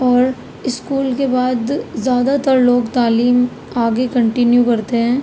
اور اسکول کے بعد زیادہ تر لوگ تعلیم آگے کنٹینیو کرتے ہیں